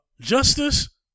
justice